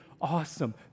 awesome